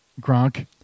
Gronk